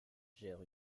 gère